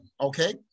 okay